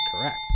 Correct